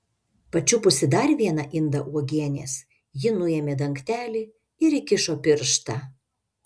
pačiupusi dar vieną indą uogienės ji nuėmė dangtelį ir įkišo pirštą